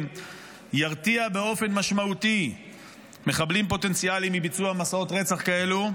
תרתיע באופן משמעותי מחבלים פוטנציאליים מביצוע מסעות רצח כאלו,